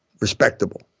respectable